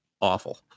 awful